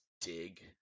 Dig